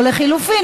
או לחלופין,